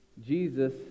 Jesus